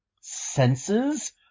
senses